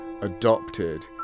adopted